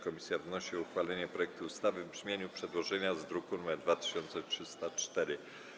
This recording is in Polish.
Komisja wnosi o uchwalenie projektu ustawy w brzmieniu przedłożenia z druku nr 2304.